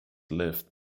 lived